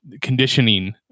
conditioning